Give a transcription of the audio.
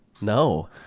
No